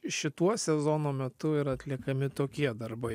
šituo sezono metu yra atliekami tokie darbai